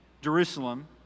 Jerusalem